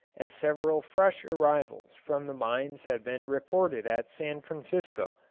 as several fresh arrivals from the mines have been reported at san francisco.